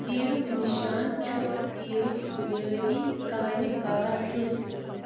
تیٖرُک نشان چھُ تیٖرُک بنیٲدی کامہِ کار جُز